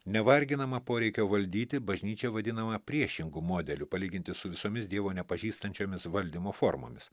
nevarginama poreikio valdyti bažnyčia vadinama priešingu modeliu palyginti su visomis dievo nepažįstančiomis valdymo formomis